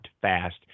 fast